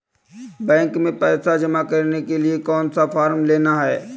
Bank में पैसा जमा करने के लिए कौन सा फॉर्म लेना है?